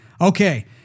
okay